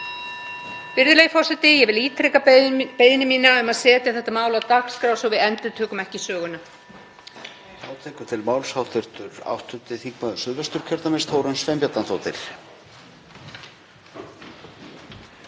Virðulegi forseti. Ég vil ítreka beiðni mína um að setja þetta mál á dagskrá svo við endurtökum ekki söguna.